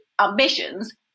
ambitions